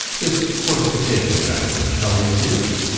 this fortification, gentlemen shall we see't?